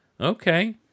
Okay